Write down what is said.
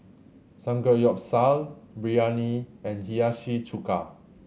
Samgeyopsal Biryani and Hiyashi Chuka